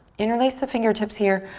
interlace the fingertips here,